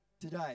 today